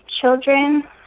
children